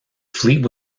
fleet